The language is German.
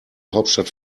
hauptstadt